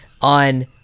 on